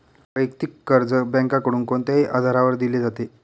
वैयक्तिक कर्ज बँकांकडून कोणत्याही आधारावर दिले जाते